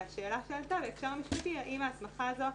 והשאלה שעלתה בהקשר משפטי זה האם ההסמכה הזו,